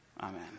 Amen